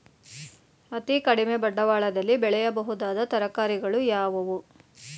ಅತೀ ಕಡಿಮೆ ಬಂಡವಾಳದಲ್ಲಿ ಬೆಳೆಯಬಹುದಾದ ತರಕಾರಿಗಳು ಯಾವುವು?